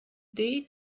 they